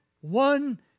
one